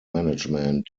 management